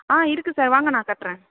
ஆ இருக்கு சார் வாங்க நான் காட்டுறேன்